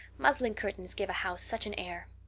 muslin curtains give a house such an air.